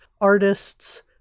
artists